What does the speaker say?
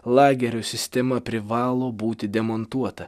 lagerių sistema privalo būti demontuota